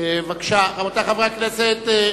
רבותי חברי הכנסת,